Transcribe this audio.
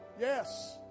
Yes